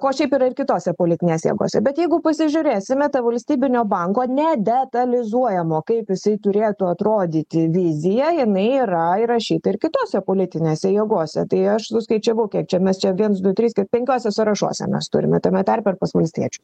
ko šiaip yra ir kitose politinėse jėgose bet jeigu pasižiūrėsime tą valstybinio banko nedetalizuojamo kaip jisai turėtų atrodyti viziją jinai yra įrašyta ir kitose politinėse jėgose tai aš suskaičiavau kiek čia mes čia viens du trys penkiuose sąrašuose mes turime tame tarpe ir pas valstiečių